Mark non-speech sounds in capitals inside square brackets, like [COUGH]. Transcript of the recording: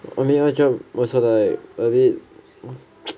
I mean that job also like a bit [BREATH]